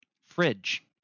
Fridge